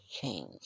change